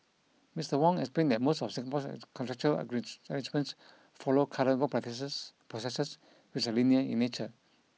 Mister Wong explained that most of Singapore's contractual and rich arrangements follow current work processes processes which are linear in nature